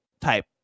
type